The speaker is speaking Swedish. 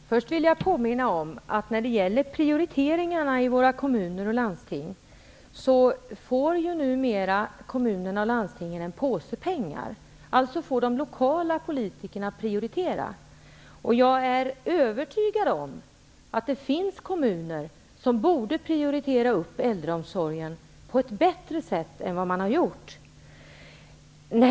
Herr talman! Först vill jag påminna om att när det gäller prioriteringarna i våra kommuner och landsting får numera dessa en påse pengar. Alltså får de lokala politikerna göra prioriteringarna. Jag är övertygad om att det finns kommuner som borde prioritera äldreomsorgen på ett bättre sätt än vad som har skett.